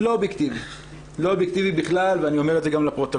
לא אובייקטיבי בכלל ואני אומר את זה גם לפרוטוקול,